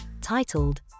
titled